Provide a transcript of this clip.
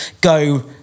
go